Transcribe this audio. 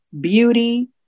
beauty